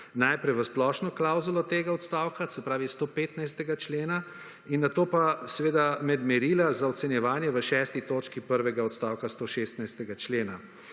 najprej v splošno klavzulo tega odstavka, se pravi 115. člena, in nato pa seveda med merila za ocenjevanje v 6. točki prvega odstavka 116. člena